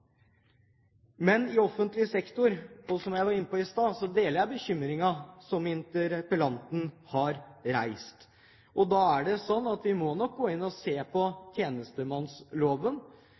offentlig sektor, som jeg var inne på i stad, deler jeg bekymringen som interpellanten har gitt uttrykk for. Vi må nok gå inn og se på tjenestemannsloven.